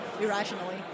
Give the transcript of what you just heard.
irrationally